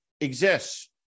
exists